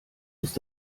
ist